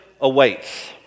awaits